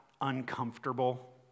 uncomfortable